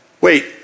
wait